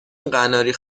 قناری